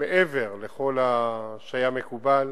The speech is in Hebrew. מעבר לכל מה שהיה מקובל,